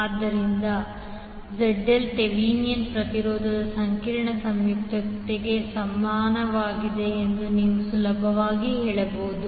ಆದ್ದರಿಂದ ZL Thevenin ಪ್ರತಿರೋಧದ ಸಂಕೀರ್ಣ ಸಂಯುಕ್ತಕ್ಕೆ ಸಮಾನವಾಗಿದೆ ಎಂದು ನೀವು ಸುಲಭವಾಗಿ ಹೇಳಬಹುದು